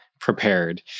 prepared